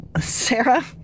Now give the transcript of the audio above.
Sarah